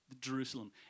Jerusalem